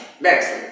Next